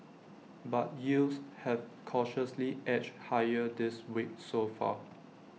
but yields have cautiously edged higher this week so far